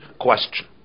question